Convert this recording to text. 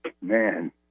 Man